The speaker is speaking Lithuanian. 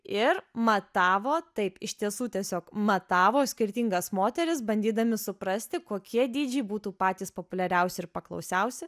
ir matavo taip iš tiesų tiesiog matavo skirtingas moteris bandydami suprasti kokie dydžiai būtų patys populiariausi ir paklausiausi